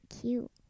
cute